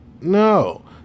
No